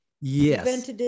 yes